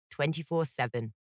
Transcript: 24-7